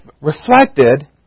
reflected